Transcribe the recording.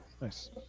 nice